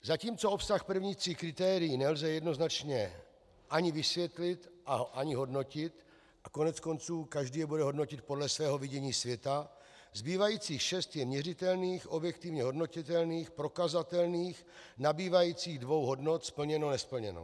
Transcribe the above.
Zatímco obsah prvních tří kritérií nelze jednoznačně ani vysvětlit, ani hodnotit, a koneckonců každý je bude hodnotit podle svého vidění světa, zbývajících šest je měřitelných, objektivně hodnotitelných, prokazatelných, nabývajících dvou hodnot splněno, nesplněno.